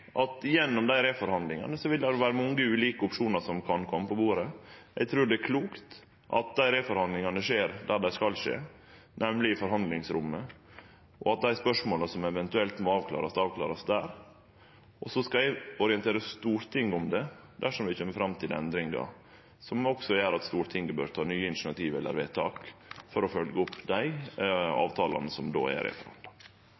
at i dei reforhandlingane vil det vere mange ulike opsjonar som kan kome på bordet. Eg trur det er klokt at dei reforhandlingane skjer der dei skal skje, nemleg i forhandlingsrommet, og at dei spørsmåla som eventuelt må avklarast, vert avklarte der. Så skal eg orientere Stortinget dersom vi kjem fram til endringar som gjer at Stortinget bør ta nye initiativ eller fatte nye vedtak for å følgje opp dei